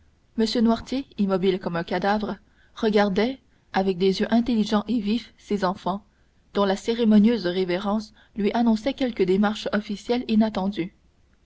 m noirtier immobile comme un cadavre regardait avec des yeux intelligents et vifs ses enfants dont la cérémonieuse révérence lui annonçait quelque démarche officielle inattendue